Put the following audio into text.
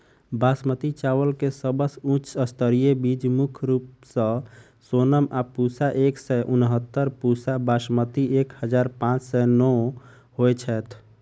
बासमती चावल केँ सबसँ उच्च स्तरीय बीज मुख्य रूप सँ सोनम आ पूसा एक सै उनहत्तर, पूसा बासमती एक हजार पांच सै नो होए छैथ?